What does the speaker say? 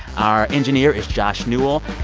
our engineer is josh newell.